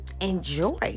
enjoy